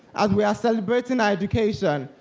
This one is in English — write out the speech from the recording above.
as we are celebrating our education,